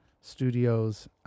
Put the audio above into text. Studios